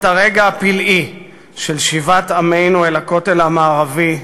הרגע הפלאי של שיבת עמנו אל הכותל המערבי,